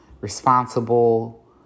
responsible